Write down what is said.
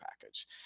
package